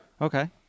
Okay